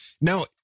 now